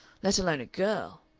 let alone a girl.